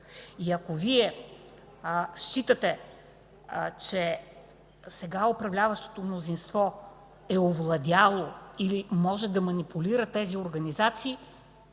Ако Вие считате, че сега управляващото мнозинство е овладяло или може да манипулира тези организации,